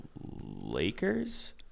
lakers